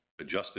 Adjusted